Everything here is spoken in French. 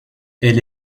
elle